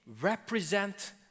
represent